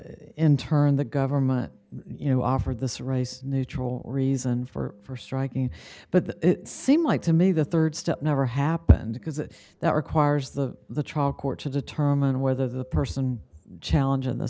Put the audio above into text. in turn the government you know offered this race neutral reason for striking but it seemed like to me the rd step never happened because that requires the the trial court to determine whether the person challenge in th